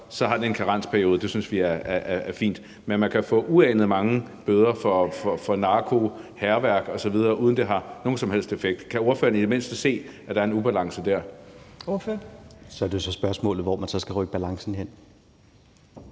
giver det en karensperiode, og det synes vi er fint, hvorimod man kan få uanet mange bøder for narko, hærværk osv., uden at det har nogen som helst effekt. Kan ordføreren i det mindste se, at der er en ubalance dér? Kl. 17:39 Tredje næstformand (Trine